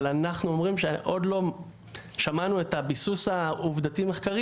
אבל אנחנו אומרים שעוד לא שמענו את הביסוס עובדתי מחקרי